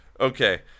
Okay